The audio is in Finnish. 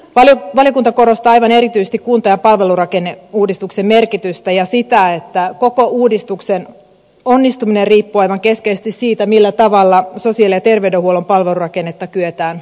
valiokunta korostaa aivan erityisesti kunta ja palvelurakenneuudistuksen merkitystä ja sitä että koko uudistuksen onnistuminen riippuu aivan keskeisesti siitä millä tavalla sosiaali ja terveydenhuollon palvelurakennetta kyetään uudistamaan